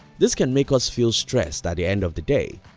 this can make us feel stressed at the end of the day.